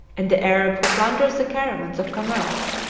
and the arab who plunders the caravans of commerce,